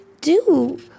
do